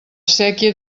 séquia